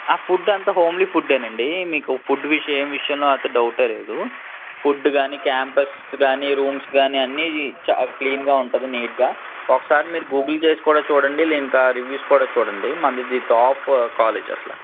ఆ ఫుడ్డు అంతా హోమ్లీ ఫుడ్డేనండి మీకు ఫుడ్ విషయంలో ఏ విషయంలో అంత డౌటే లేదు ఫుడ్ గానీ క్యాంపస్ గానీ రూమ్స్ గానీ అన్నీ చాలా క్లీన్గా ఉంటుంది నీట్గా ఒకసారి మీరు గూగుల్ చేసి కూడా చూడండి ఇంకా రివ్యూస్ కూడా చూడండి మనది ఇది టాప్ కాలేజ్ అసల